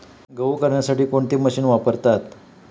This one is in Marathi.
गहू करण्यासाठी कोणती मशीन वापरतात?